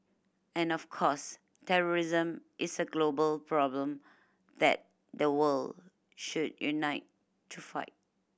and of course terrorism is a global problem that the world should unite to fight